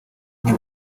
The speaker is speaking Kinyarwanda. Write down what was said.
n’i